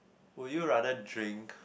would you rather drink